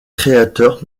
créateur